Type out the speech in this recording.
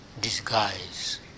disguise